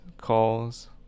calls